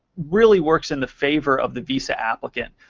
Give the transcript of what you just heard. really works in the favor of the visa applicant.